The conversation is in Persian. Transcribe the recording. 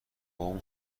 اون